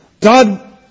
God